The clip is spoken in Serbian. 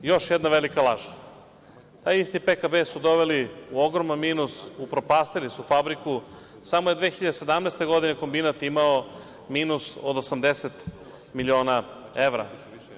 Još jedna velika laž, Taj isti PKB su doveli u ogroman minus, upropastili su fabriku, samo je 2017. godine kombinat imao minus od 80 miliona evra.